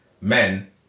men